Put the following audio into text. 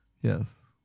Yes